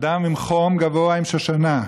אדם עם חום גבוה, עם שושנה.